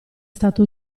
stato